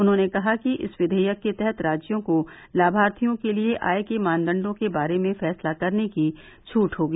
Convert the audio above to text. उन्होंने कहा कि इस विधेयक के तहत राज्यों को लाभार्थियों के लिए आय के मानदंडों के बारे में फैसला करने की छूट होगी